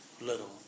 little